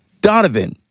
Donovan